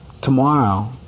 tomorrow